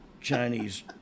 Chinese